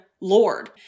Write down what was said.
lord